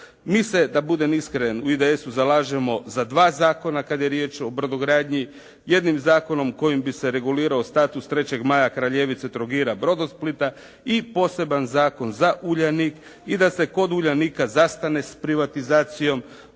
Mi se, da budem iskren, u IDS-u zalažemo za dva zakona kad je riječ o brodogradnji. Jednim zakonom kojim bi se regulirao status 3. Maja, Kraljevice, Trogira, Brodosplita i poseban zakon za Uljanik i da se kod Uljanika zastane s privatizacijom